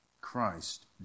Christ